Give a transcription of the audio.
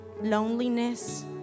loneliness